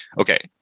okay